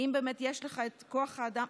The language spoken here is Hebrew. האם באמת יש לך את כוח האדם?